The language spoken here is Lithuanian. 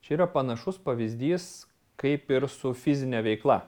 čia yra panašus pavyzdys kaip ir su fizine veikla